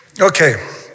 Okay